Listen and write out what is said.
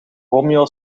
romeo